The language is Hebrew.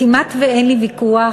כמעט שאין לי ויכוח